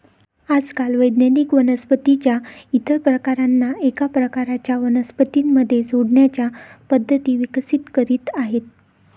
आजकाल वैज्ञानिक वनस्पतीं च्या इतर प्रकारांना एका प्रकारच्या वनस्पतीं मध्ये जोडण्याच्या पद्धती विकसित करीत आहेत